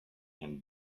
and